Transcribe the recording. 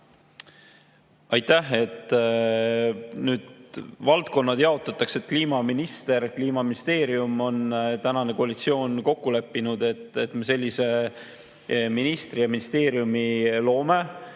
Aitäh! Valdkonnad jaotatakse. Kliimaminister, Kliimaministeerium – tänane koalitsioon on kokku leppinud, et me sellise ministri[koha] ja ministeeriumi loome.